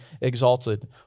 exalted